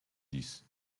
dix